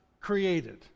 created